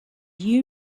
you